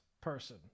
person